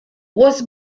was